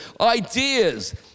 ideas